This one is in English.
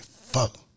fuck